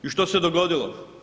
I što se dogodilo?